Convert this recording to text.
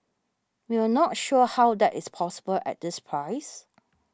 we're not sure how that is possible at this price